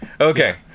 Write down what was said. Okay